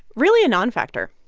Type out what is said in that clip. really a non-factor.